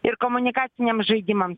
ir komunikaciniam žaidimam